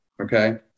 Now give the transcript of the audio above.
okay